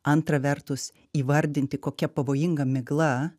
antra vertus įvardinti kokia pavojinga migla